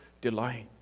delight